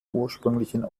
ursprünglichen